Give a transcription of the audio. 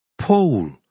Paul